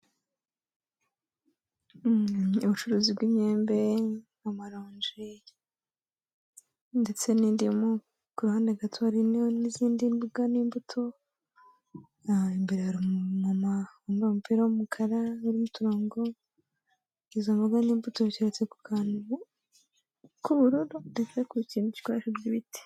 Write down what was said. Ubucuruzi bw'imyembe, amaronji ndetse n'indimu, ku ruhande gato hari n'izindi mboga n'imbuto, imbere hari umumama wambaye umupira w'umukara urimo uturongo, izo mboga n'imbuto biteretse ku kantu k'ubururu, ndetse ku kintu gikoresheshwe ibiti.